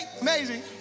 amazing